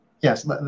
Yes